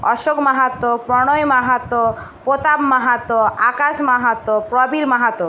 Ashok Mahato Pranay Mahato Pratap Mahato Akash Mahato Prabir Mahato